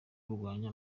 kurwara